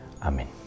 Amén